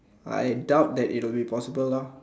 I doubt that it will be possible lah